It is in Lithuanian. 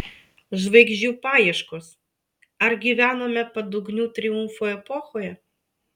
žvaigždžių paieškos ar gyvename padugnių triumfo epochoje